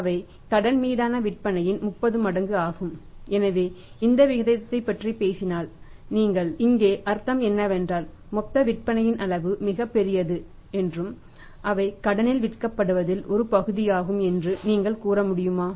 அவை கடன் மீதான விற்பனையின் 30 மடங்கு ஆகும் எனவே இந்த விகிதத்தைப் பற்றி நீங்கள் பேசினால் இங்கே அர்த்தம் என்னவென்றால் மொத்த விற்பனையின் அளவு மிகப் பெரியது என்றும் அவை கடனில் விற்கப்படுவதில் ஒரு பகுதியாகும் என்று நீங்கள் கூற முடியுமா